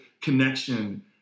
connection